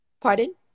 Pardon